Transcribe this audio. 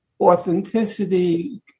authenticity